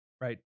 right